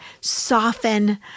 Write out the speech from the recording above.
soften